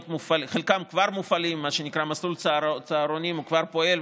חלקם כבר מופעלים: מה שנקרא "מסלול צהרונים" כבר פועל,